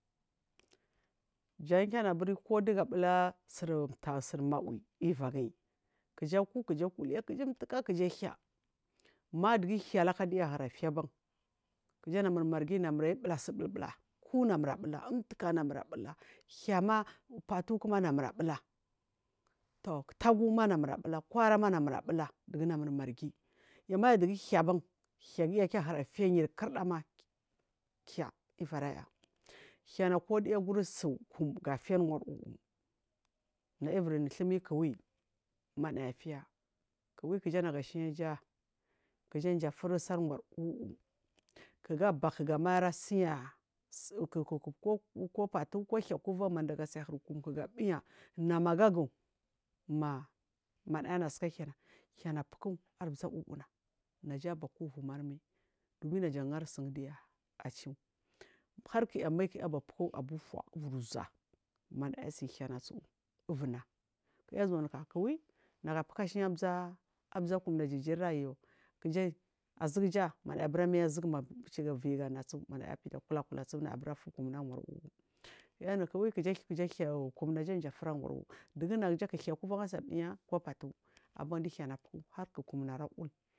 Jaginaberi koɗugu bula suri mtagu suri mawi ivagiri kuja ku kuja umtuka kuja hiya maya ɗugu hiya laka duya ahura fiya ban kuja namur marghi namur abula umtuka namur aɓula hiya namur aɓula patukuma namur aɓula toh taguma namur aɓula hiya namur aɓula patukuma namur aɓula toh taguma namur aɓula kwarama namur ɓula ɗugu namur marghi majaɗugu hiya ban giya hura fiya yarkunɗa kuma hiya ivaraya hirana ko ɗuya gursu kum gafiya awar wuwushi naya ivur nu thumi kuwi manaya fiya kuwi kuji nagu ashinaja kuzamji furi su angwawr wuwhi kugu ba gamarasiya kuku ko pathi kuwan gasa biya nama gagu ma naya anaska hiyaku hiyana puku arzahihiwing najaba kuvumamai ɗugu naza angari sun ɗuniya achu harku yam ai aba puthu abu fuwa uvurzua manaya asi hiyana tsuwhi ivir ɗa kuya zuwana kuwi nagu apukarza kumna jijirira yu azugu manaya abera mai azugu tsu ma viyi gana piɗasu kulakula naya bera fu kuma angwar wuwu kunaya anu kuiri kuja kumnaja mdu fiya angwar whiwhi ɗugu naguja ku hiya kuvan asa ɗunya ko pahi abanɗu hiya nap uku ku kumna ara whel.